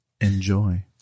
Enjoy